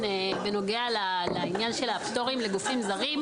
ראשון, בנוגע לעניין של הפטורים לגופים זרים.